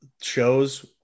shows